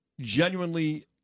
genuinely